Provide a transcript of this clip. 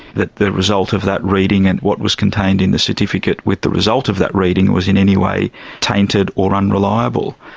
that the result of that reading and what was contained in the certificate with the result of that reading was in any way tainted or unreliable.